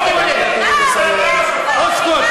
נגמר לו הזמן, תוריד אותו.